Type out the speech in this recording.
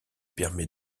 permet